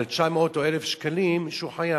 על 900 או 1,000 שקלים שהוא חייב.